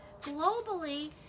Globally